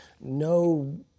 no